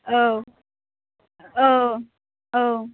औ औ औ